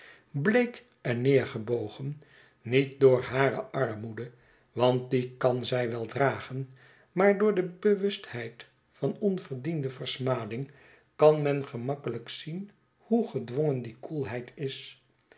bleek en neergebogen niet door hare armoede want die kan zij wel dragen maar door de bewustheid van onverdiende versmading kan men gemakkelijk zien hoegedwongen die koelheid is